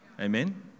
amen